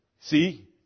See